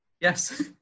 Yes